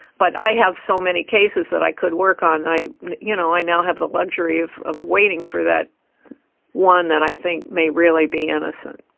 but i have so many cases that i could work on. i you know i now have the luxury of of waiting for that one that i think may really be innocent.